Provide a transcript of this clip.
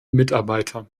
mitarbeiter